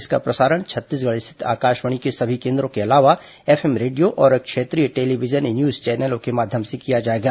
इसका प्रसारण Chhattisgarh स्थित आकाशवाणी के सभी केन द्रों के अलावा एफएम रेडियो और क्षेत्रीय टेलीविजन न्यूज चैनलों से किया जाएगा